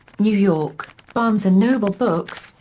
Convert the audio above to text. new york barnes and noble books,